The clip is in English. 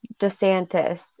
desantis